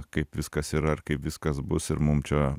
kaip viskas yra ir kaip viskas bus ir mum čia